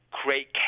create